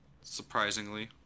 surprisingly